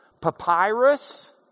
papyrus